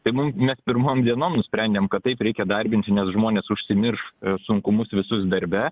tai mum net pirmom dienom nusprendėm kad taip reikia darbinti nes žmonės užsimirš sunkumus visus darbe